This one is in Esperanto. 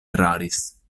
eraris